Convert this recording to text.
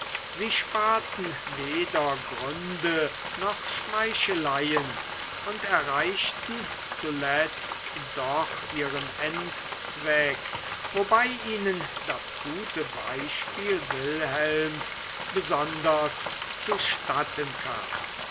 sie sparten weder gründe noch schmeicheleien und erreichten zuletzt doch ihren endzweck wobei ihnen das gute beispiel wilhelms besonders zustatten kam